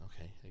Okay